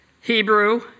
Hebrew